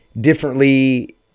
differently